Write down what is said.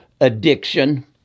addiction